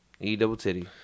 E-double-titty